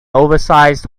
oversize